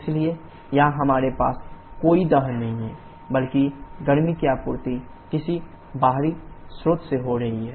इसलिए यहां हमारे पास कोई दहन नहीं है बल्कि गर्मी की आपूर्ति किसी बाहरी स्रोत से हो रही है